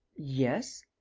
yes.